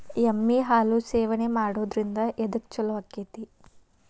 ಎಮ್ಮಿ ಹಾಲು ಸೇವನೆ ಮಾಡೋದ್ರಿಂದ ಎದ್ಕ ಛಲೋ ಆಕ್ಕೆತಿ?